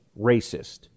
racist